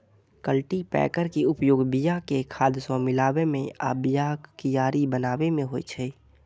cultipacker के उपयोग बिया कें खाद सं मिलाबै मे आ बियाक कियारी बनाबै मे होइ छै